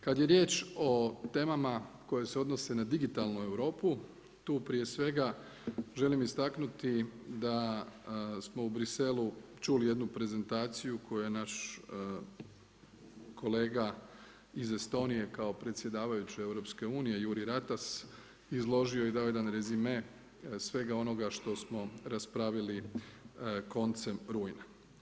Kad je riječ o temama koje se odnose na digitalnu Europu, tu prije svega želim istaknuti da smo u Bruxellesu čuli jednu prezentaciju, koja je naš kolega iz Estonije, kao predsjedavajući u EU Juri Ratas izložio i dao jedan rezime svega onoga što smo raspravljali koncem rujna.